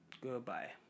goodbye